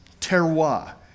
Terroir